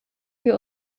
wir